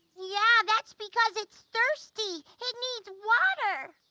yeah that's because it's thirsty. it needs water!